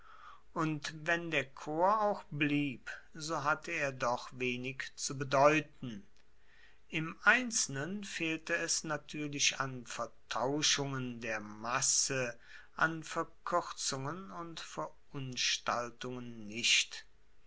und wenn der chor auch blieb so hatte er doch wenig zu bedeuten im einzelnen fehlte es natuerlich an vertauschungen der masse an verkuerzungen und verunstaltungen nicht